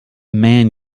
man